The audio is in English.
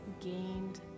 gained